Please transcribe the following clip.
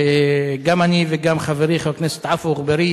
גם אני וגם חברי חבר הכנסת עפו אגבאריה